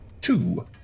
two